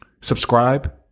subscribe